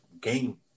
game